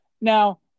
Now